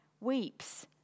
weeps